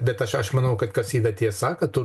bet aš aš manau kad kas yra tiesa kad tu